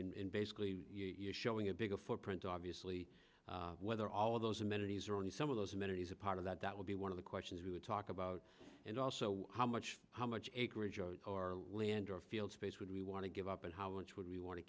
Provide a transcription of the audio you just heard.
in basically you're showing a bigger footprint obviously whether all of those amenities are only some of those amenities a part of that that would be one of the questions we would talk about and also how much how much acreage or land or field space would we want to give up and how much would we want to